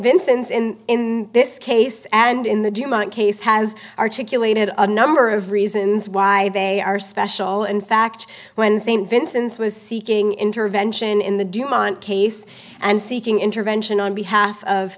vincents in this case and in the case has articulated a number of reasons why they are special in fact when st vincent's was seeking intervention in the dumont case and seeking intervention on behalf of